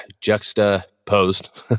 juxtaposed